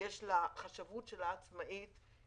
יש לה חשבות עצמאית שלה,